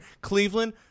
Cleveland